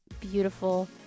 beautiful